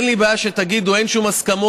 אין לי בעיה שתגידו: אין שום הסכמות,